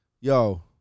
Yo